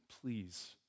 Please